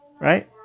Right